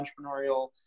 entrepreneurial